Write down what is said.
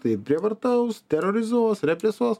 tai prievartaus terorizuos represuos